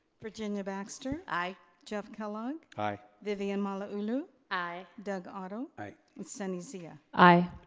virginia baxter. i. jeff kellogg. i. vivian malauulu. i. doug otto i. and sunny zia. i.